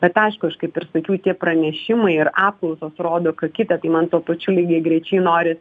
bet aišku aš kaip ir sakiau tie pranešimai ir apklausos rodo ką kita tai man tuo pačiu lygiagrečiai noris